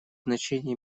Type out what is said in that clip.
значение